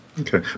Okay